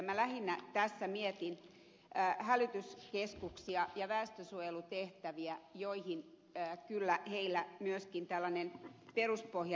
minä lähinnä tässä mietin hälytyskeskuksia ja väestönsuojelutehtäviä joihin kyllä heillä myöskin tällainen peruspohja riittää